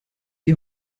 die